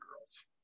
girls